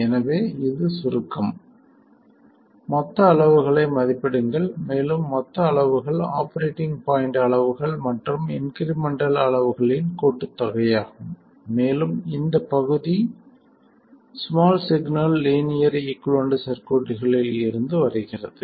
எனவே இது சுருக்கம் மொத்த அளவுகளை மதிப்பிடுங்கள் மேலும் மொத்த அளவுகள் ஆபரேட்டிங் பாய்ண்ட் அளவுகள் மற்றும் இன்க்ரிமெண்டல் அளவுகளின் கூட்டுத்தொகையாகும் மேலும் இந்த பகுதி ஸ்மால் சிக்னல் லீனியர் ஈகுவலன்ட் சர்க்யூட்களில் இருந்து வருகிறது